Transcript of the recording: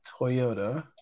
Toyota